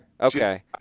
okay